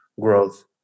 Growth